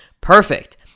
perfect